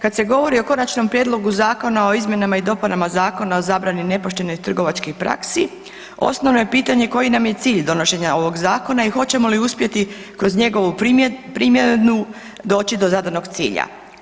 Kad se govori o Konačnom prijedlogu zakona o izmjenama i dopunama Zakona o zabrani nepoštenih trgovačkih praksi osnovno je pitanje koji nam je cilj donošenja ovog zakona i hoćemo li uspjeti kroz njegovu primjenu doći do zadanog cilja?